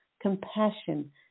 compassion